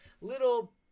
little